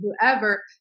whoever